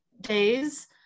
days